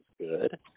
good